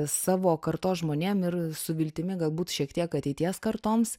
savo kartos žmonėm ir su viltimi galbūt šiek tiek ateities kartoms